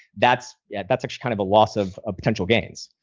that's yeah, that's kind of a loss of ah potential gains.